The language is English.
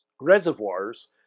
reservoirs